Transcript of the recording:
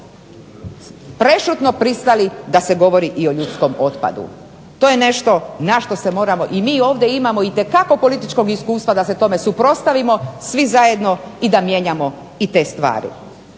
prešutno pristali da se govori i o ljudskom otpadu. I mi ovdje imamo itekako političkog iskustva da se tome suprotstavimo svi zajedno i mijenjamo te stvari.